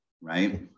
right